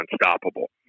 unstoppable